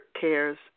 cares